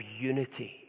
unity